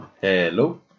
hello